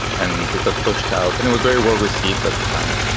and it got pushed out. and it was very well-received at the time.